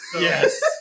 Yes